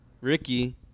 Ricky